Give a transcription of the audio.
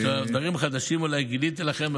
דברים חדשים אולי גיליתי לכם,